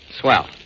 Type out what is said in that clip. Swell